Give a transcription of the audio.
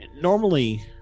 normally